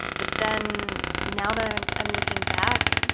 but then now that i'm i'm looking back,